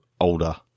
older